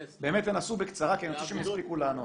תנסו בקצרה, כי אני רוצה שהם יספיקו לענות.